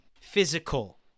physical